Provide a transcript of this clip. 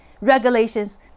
regulations